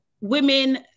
women